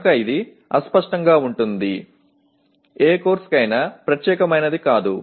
కనుక ఇది అస్పష్టంగా ఉంటుంది ఏ కోర్సుకైనా ప్రత్యేకమైనది కాదు